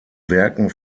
werken